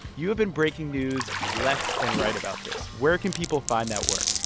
you have been breaking news left and right about this. where can people find that work?